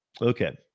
okay